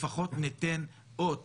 לפחות ניתן אות ובשורה,